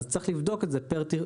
אז צריך לבדוק את זה פר תוכנית,